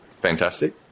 fantastic